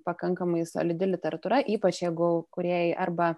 pakankamai solidi literatūra ypač jeigu kūrėjai arba